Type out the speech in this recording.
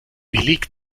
billig